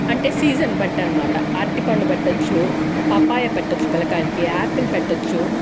అంటే సీజన్ ని బట్టి అనమాట అరటిపండు పెట్టచ్చు పపాయ పెట్టొచ్చు పిల్లకాయలకి ఆపిల్ పెట్టొచ్చు